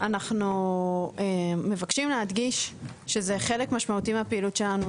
אנחנו מבקשים להדגיש שזה חלק משמעותי מהפעילות שלנו.